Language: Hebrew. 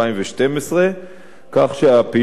כך שהפעילות שלנו בו כבר החלה,